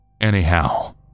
Anyhow